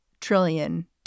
trillion